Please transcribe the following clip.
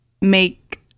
make